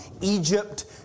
Egypt